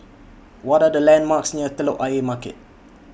What Are The landmarks near Telok Ayer Market